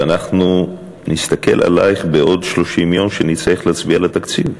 אבל אנחנו נסתכל עלייך בעוד 30 יום כשנצטרך להצביע על התקציב.